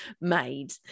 made